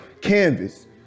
Canvas